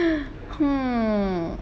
hmm